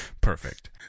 Perfect